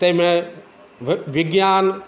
ताहिमे विज्ञान